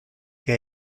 che